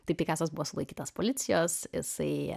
tai pikasas buvo sulaikytas policijos jisai